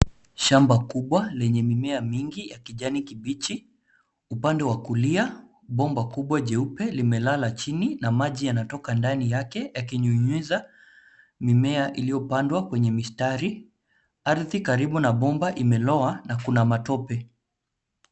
Shamba kubwa lenye mimea mingi ya kijani kibichi. Upande wa kulia bomba kubwa jeupe limelala chini na maji yanatoka ndani yake, yakinyunyiza mimea iliyopandwa kwenye mistari. Ardhi karibu na bomba imeloa na kuna matope.